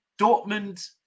Dortmund